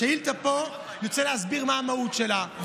השאילתה פה, אני רוצה להסביר מה המהות שלה.